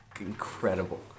incredible